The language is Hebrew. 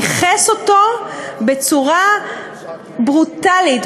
ניכס אותו בצורה ברוטלית,